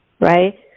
right